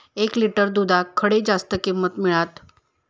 एक लिटर दूधाक खडे जास्त किंमत मिळात?